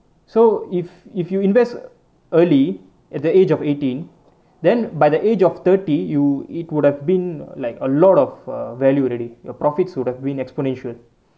so if if you invest early at the age of eighteen then by the age of thirty you it would have been like a lot of err value already the profits would have been exponential